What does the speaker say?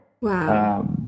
Wow